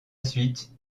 suite